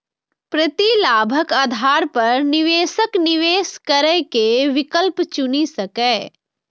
प्रतिलाभक आधार पर निवेशक निवेश करै के विकल्प चुनि सकैए